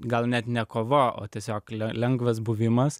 gal net ne kova o tiesiog lengvas buvimas